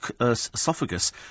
esophagus